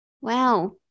Wow